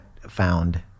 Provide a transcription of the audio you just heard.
found